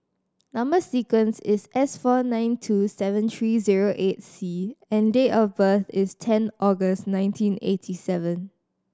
number sequence is S four nine two seven three zero eight C and date of birth is ten August nineteen eighty seven